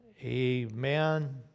Amen